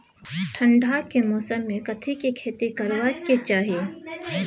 ठंडाक मौसम मे कथिक खेती करबाक चाही?